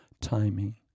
Timing